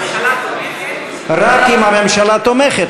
רק אם הממשלה תומכת?